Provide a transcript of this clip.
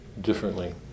differently